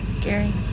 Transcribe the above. Gary